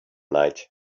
night